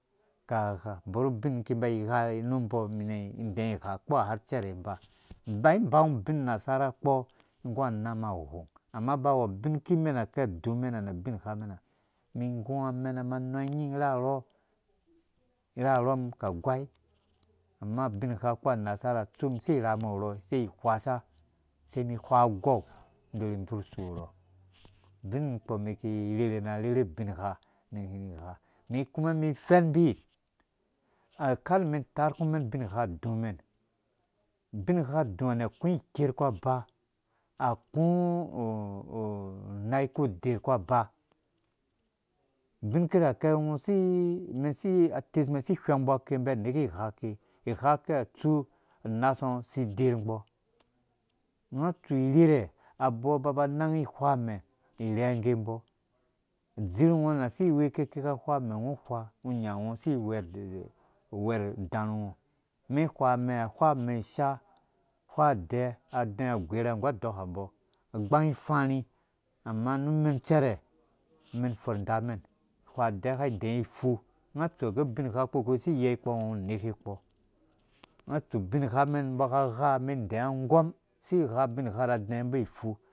Ka agha bɔr ubin ki ba igha ru umbɔ indɛɛ igha ukpɔ har icelrel inba inba ibangu ubin unasara kpɔɔ ingu anama aghong ama aba awu abin akimen ki adumɛn nɛ abinghamɛn umum ingu amenam anu anag nying irharho irharhom kagwai ama ubingha kpu. unarsar ha utsunmum ingu amena anu anang nying irharho irharhom kagawai ama ubingah kpu unasara ha utsu umum si irhamum urhɔ isei ihwasa sai mi ihwa agou indɔrhi ibuurh usu urhɔ ubon kpɔ umum ki irherhe na arherhe ubingha umen kini igha mi kuma mi ifɛm umbi a ker umɛn itar ki mɛn ubingha adumen ubingha adu ha nɛ aku iker aku aba aku uman kurderh aku ba abin kirakɛ ungo usi umɛn si atesmɛn si iwengmbɔ ake umbi aneke igha ake iyha aki ha tsu unasango si iderngbɔ unga atsu irhɛrhe abɔɔ ba nangi ihwa amɛ irhɛngge umbɔ adzirhngo nasi iweke kika ahwa umɛ ungo uhwa ungo unya ungo usi iwɛrh wɛrh udarhungo umɛn ihwa awɛ ahwa a amɛ̃ isha hwa ade ka indɛɛ ifu ungo atsu agɛ ubingha kpurkpi. kus si iyei kpɔ ungo ungo uneka kpɔ unga atsu ubing hamɛn umbɔ aka agha umɛn idɛɛ mbɔ ifu